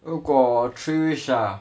如果 three wish ah